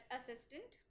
assistant